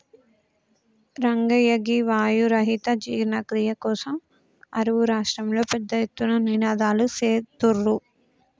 రంగయ్య గీ వాయు రహిత జీర్ణ క్రియ కోసం అరువు రాష్ట్రంలో పెద్ద ఎత్తున నినాదలు సేత్తుర్రు